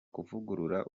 kuvugurura